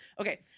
okay